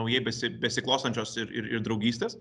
naujai besi besiklostančios ir ir ir draugystės